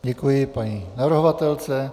Děkuji paní navrhovatelce.